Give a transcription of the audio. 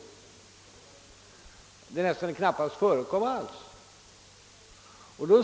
Det skulle enligt honom knappast förekomma någon undervisning alls.